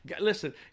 Listen